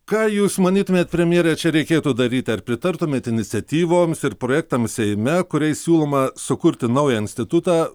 ką jūs manytumėt premjere čia reikėtų daryti ar pritartumėt iniciatyvoms ir projektam seime kuriais siūloma sukurti naują institutą